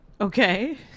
Okay